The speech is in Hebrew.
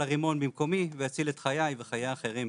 הרימון במקומי והציל את חיי וחיי אחרים.